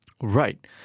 Right